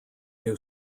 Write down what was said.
new